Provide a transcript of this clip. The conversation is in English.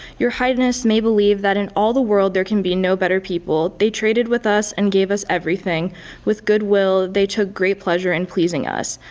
your highness may believe that in all the world there can be no better people. they traded with us and gave us everything with good will they took great pleasure in pleasing us.